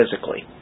physically